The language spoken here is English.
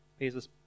Jesus